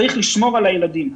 צריך לשמור על הילדים.